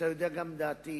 אתה יודע מה דעתי,